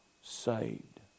saved